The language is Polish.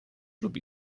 lubi